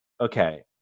Okay